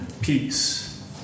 peace